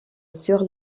sur